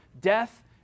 death